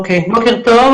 בוקר טוב,